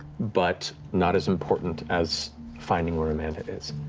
but not as important as finding where amanda is.